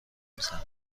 میزنه